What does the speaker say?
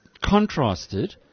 contrasted